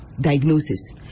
diagnosis